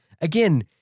again